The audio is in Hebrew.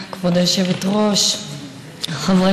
בהקמת ועדת חקירה פרלמנטרית בעקבות היקף רצח הנשים,